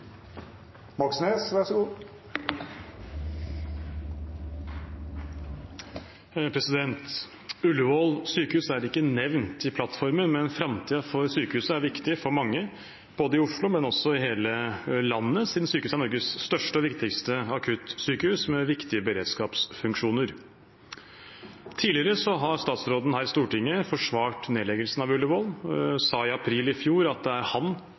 ikke nevnt i plattformen, men framtiden for sykehuset er viktig for mange både i Oslo og i hele landet, siden sykehuset er Norges største og viktigste akuttsykehus med viktige beredskapsfunksjoner. Tidligere har statsråden her i Stortinget forsvart nedleggelsen av Ullevål. Han sa i april i fjor at det er han